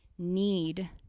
need